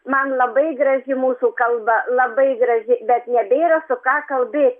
man labai graži mūsų kalba labai graži bet nebėra su ką kalbėt